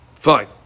Fine